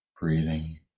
breathing